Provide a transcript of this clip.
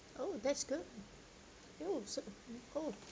oh that's good oh so good